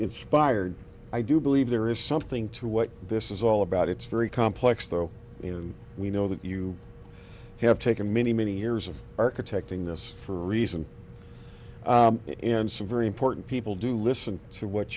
inspired i do believe there is something to what this is all about it's very complex though you know we know that you have taken many many years of architecting this for a reason and some very important people do listen to what